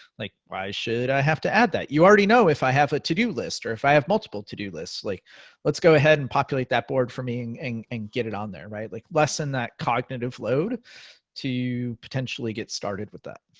like, why should i have to add that? you already know if i have a to do list or if i have multiple to do lists, like let's go ahead and populate that board for me and and and get it on there, like lessen that cognitive load to potentially get started with that.